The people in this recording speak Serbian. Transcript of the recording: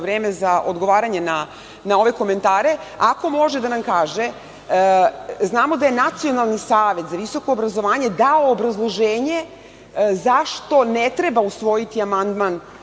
vreme za odgovaranje na ove komentare, ako može da nam kaže. Znamo da je Nacionalni savet za visoko obrazovanje dao obrazloženje zašto ne treba usvojiti amandman